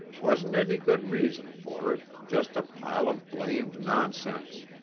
wasn't any good reason for it. just a pile of blamed nonsense.